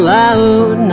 loud